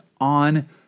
on